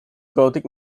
gothic